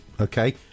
Okay